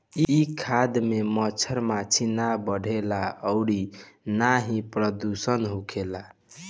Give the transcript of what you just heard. इ खाद में मच्छर माछी ना बढ़ेला अउरी ना ही प्रदुषण होखेला